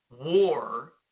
war